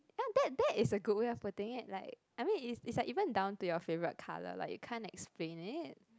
ya that that is a good way of putting it like I mean is is like even down to your favourite colour like you can't explain it